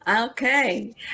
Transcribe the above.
okay